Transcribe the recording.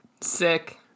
Sick